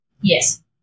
Yes